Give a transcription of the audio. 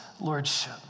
Lordship